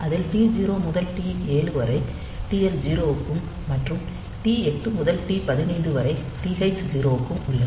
அதில் டி0 முதல் டி7 வரை டிஎல் 0 க்கும் மற்றும் டி8 முதல் டி15 வரை TH0 க்கும் உள்ளது